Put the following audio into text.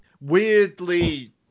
Weirdly